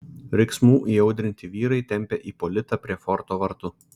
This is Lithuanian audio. riksmų įaudrinti vyrai tempė ipolitą prie forto vartų